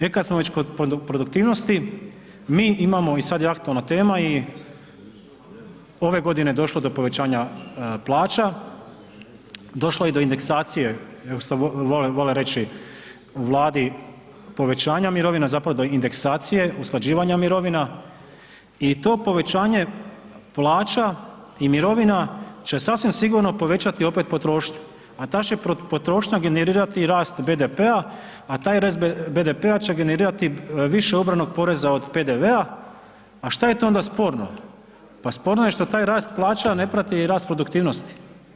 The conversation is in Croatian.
E kad smo već kod produktivnosti, mi imamo i sad je aktualna tema, ove godine došlo do povećanja plaća, došlo je i do indeksacije što vole reći u Vladi povećanja mirovina zapravo do indeksacije, usklađivanja mirovina i to povećanje plaća i mirovina će sasvim sigurno povećati opet potrošnju, a ta će potrošnja generirati i rast BDP-a, a taj rast BDP-a će generirati više ubranog poreza od PDV-a, a šta je tu onda sporno, pa sporno je što taj plaća ne prati i rast produktivnosti.